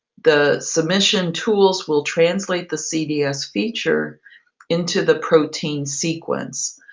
the submission tools will translate the cds feature into the protein sequence.